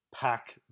pack